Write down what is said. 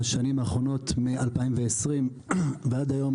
בשנים האחרונות מ-2020 ועד היום,